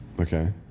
Okay